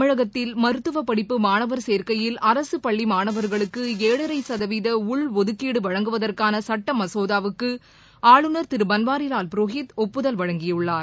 தமிழகத்தில் மருத்துவப் படிப்பு மாணவர் சேர்க்கையில் அரசுப் பள்ளி மாணவர்களுக்கு ஏழரை சதவீத உள்ஒதுக்கீடு வழங்குவதற்கான சட்ட மசோதாவுக்கு ஆளுநர் திரு பன்வாரிலால் புரோஹித் ஒப்புதல் வழங்கியுள்ளார்